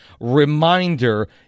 reminder